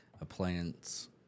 appliance